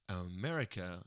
America